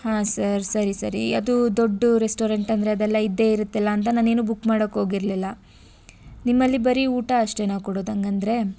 ಹಾಂ ಸರ್ ಸರಿ ಸರಿ ಅದು ದೊಡ್ಡ ರೆಸ್ಟೋರೆಂಟ್ ಅಂದರೆ ಅದೆಲ್ಲ ಇದ್ದೇ ಇರುತ್ತಲ್ಲ ಅಂತ ನಾನೇನು ಬುಕ್ ಮಾಡಕೆ ಹೋಗಿರಲಿಲ್ಲ ನಿಮ್ಮಲ್ಲಿ ಬರೀ ಊಟ ಅಷ್ಟೇ ಕೊಡುದಾ ಹಾಗಂದ್ರೆ